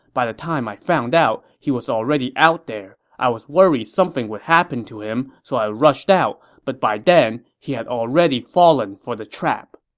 by the time i found out, he was already out there. i was worried something would happen to him, so i rushed out, but by then, he had already fallen for the trap.